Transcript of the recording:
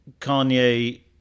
Kanye